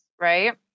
Right